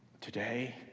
today